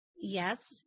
Yes